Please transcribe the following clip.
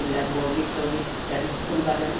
এইবিলাক বৰগীত চৰগীত ইত্যাদি খোল বাদন